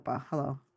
Hello